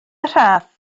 rhaff